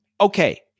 Okay